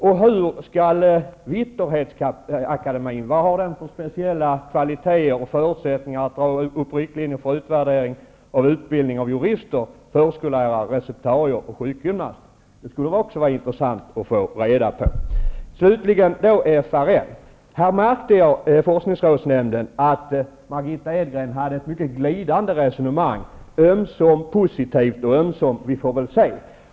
Vad har Vitterhetsakademien för speciella kvaliteter och förutsättningar för att dra upp riktlinjer för utvärdering av utbildningen av jurister, förskollärare, receptarier och sjukgymnaster? Det skulle vara intressant att få reda på. När det slutligen gäller FRN, forskningsrådsnämnden, märkte jag att Margitta Edgren förde ett mycket glidande resonemang. Det var ömsom positivt och hade ömsom en ton av ''vi får väl se''.